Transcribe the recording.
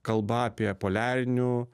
kalba apie poliarinių